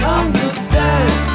understand